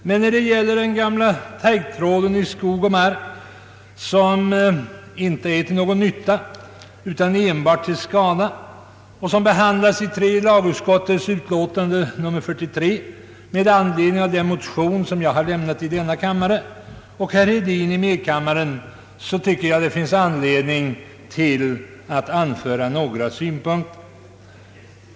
Men när det gäller frågan om den gamla taggtråden i skog och mark som inte är till någon nytta utan enbart till skada och som behandlas i tredje lagutskottets utlåtande nr 43 med anledning av den motion jag har väckt i denna kammare och herr Hedin i medkammaren, tycker jag att det finns anledning att anföra några synpunkter.